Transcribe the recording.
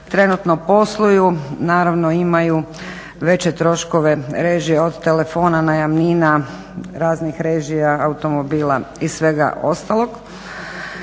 trenutno posluju naravno imaju veće troškove režija od telefona, najamnina, raznih režija, automobila i svega ostalog.